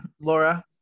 Laura